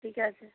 ঠিক আছে